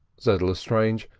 said lestrange,